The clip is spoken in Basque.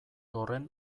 horren